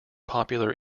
popular